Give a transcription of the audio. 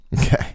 okay